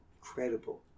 Incredible